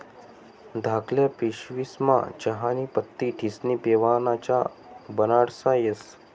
धाकल्ल्या पिशवीस्मा चहानी पत्ती ठिस्नी पेवाना च्या बनाडता येस